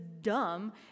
dumb